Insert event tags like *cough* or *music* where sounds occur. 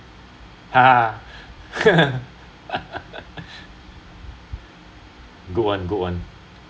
*laughs* good one good one